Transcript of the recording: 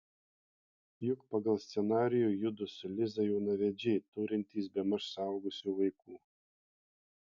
juk pagal scenarijų judu su liza jaunavedžiai turintys bemaž suaugusių vaikų